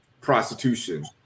prostitution